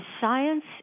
science